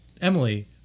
Emily